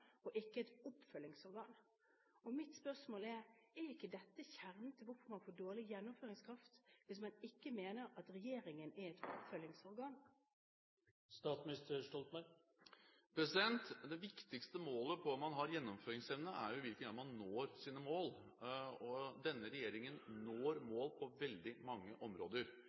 og ikke et oppfølgingsorgan. Mitt spørsmål er: Er ikke dette kjernen til hvorfor man får dårlig gjennomføringskraft, hvis man ikke mener at regjeringen er et oppfølgingsorgan? Det viktigste målet på om man har gjennomføringsevne er i hvilken grad man når sine mål. Denne regjeringen når mål på veldig mange områder.